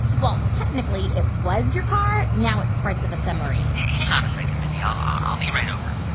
well, technically it was your car. now it's parts of a submarine hang on a second, mindy. um i'll be right over